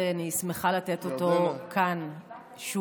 ואני שמחה לתת אותו כאן שוב.